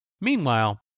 Meanwhile